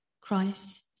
Christ